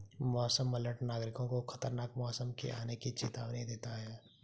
मौसम अलर्ट नागरिकों को खतरनाक मौसम के आने की चेतावनी देना है